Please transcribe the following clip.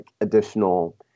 additional